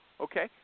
okay